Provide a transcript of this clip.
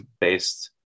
based